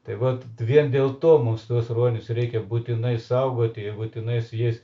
tai vat vien dėl to mums tuos ruonius reikia būtinai saugoti ir būtinai su jais